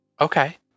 Okay